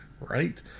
Right